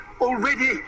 already